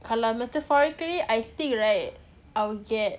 kalau metaphorically I think right I'll get